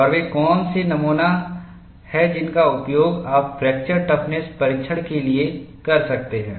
और वे कौन से नमूने हैं जिनका उपयोग आप फ्रैक्चर टफ़्नस परीक्षण के लिए कर सकते हैं